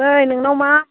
नै नोंनाव मा